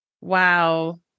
Wow